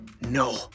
No